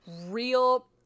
real